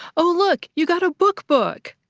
ooh look! you got a book-book!